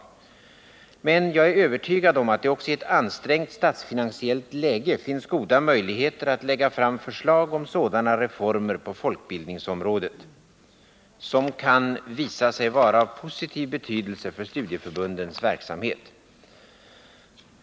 Jag är emellertid övertygad om att det också i ett ansträngt statsfinansiellt läge finns goda möjligheter att lägga fram förslag om sådana reformer på folkbildningsområdet som kan visa sig vara av positiv betydelse för studieförbundens verksamhet.